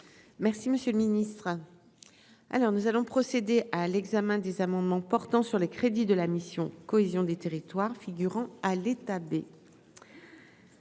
Merci, monsieur le Ministre, alors nous allons procéder à l'examen des amendements portant sur les crédits de la mission cohésion des territoires figurant à l'état B.